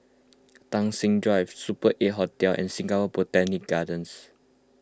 Tai Seng Drive Super eight Hotel and Singapore Botanic Gardens